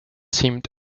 seemed